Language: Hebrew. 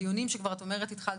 בדיונים שאת אומרת שכבר התחלתם,